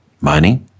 money